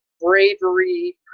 bravery